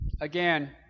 again